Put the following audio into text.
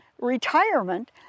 retirement